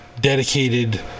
dedicated